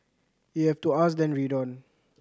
if you have to ask then read on